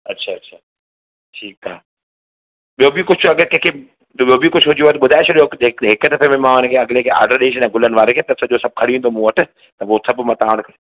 अच्छा अच्छा ठीकु आहे ॿियो बि कुझु अगरि कंहिंखे ॿियो बि कुझु हुजेव ॿुधाइ छॾियो हिकु हिकु दफे़ मां इया आडर ॾेई छॾियाव गुलनि वारे खे सॼो सभु खणी ईंदो मूं वटि त हूअ सभु मां तव्हां ॾिए